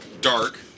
dark